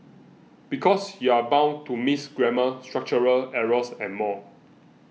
because you're bound to miss grammar structural errors and more